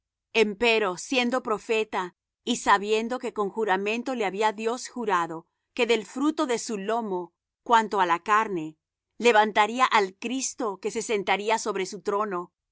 hoy empero siendo profeta y sabiendo que con juramento le había dios jurado que del fruto de su lomo cuanto á la carne levantaría al cristo que se sentaría sobre su trono